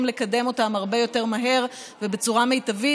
לקדם אותם הרבה יותר מהר ובצורה מיטבית,